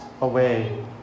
away